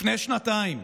לפני שנתיים.